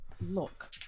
look